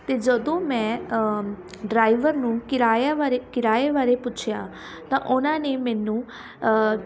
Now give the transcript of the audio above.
ਅਤੇ ਜਦੋਂ ਮੈਂ ਡਰਾਈਵਰ ਨੂੰ ਕਿਰਾਇਆ ਬਾਰੇ ਕਿਰਾਏ ਬਾਰੇ ਪੁੱਛਿਆ ਤਾਂ ਉਹਨਾਂ ਨੇ ਮੈਨੂੰ